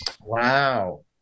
Wow